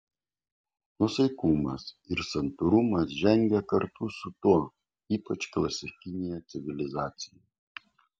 nuosaikumas ir santūrumas žengė kartu su tuo ypač klasikinėje civilizacijoje